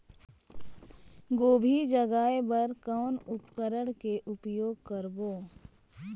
गोभी जगाय बर कौन उपकरण के उपयोग करबो?